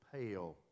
pale